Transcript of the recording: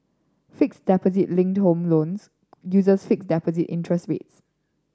fixed deposit linked home loans users fixed deposit interest rates